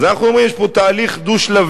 אז אנחנו אומרים, יש פה תהליך דו-שלבי.